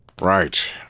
Right